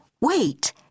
Wait